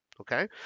okay